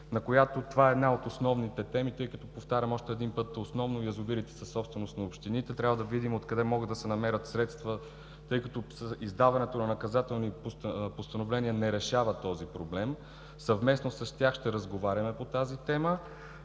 на която това е една от основните теми, тъй като повтарям, още един път, основно язовирите са собственост на общините. Трябва да видим от къде могат да се намерят средства, тъй като издаването на наказателни постановления не решава този проблем. Съвместно с тях ще разговаряме по тази тема.